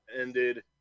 ended